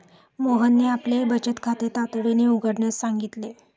मोहनने आपले बचत खाते तातडीने उघडण्यास सांगितले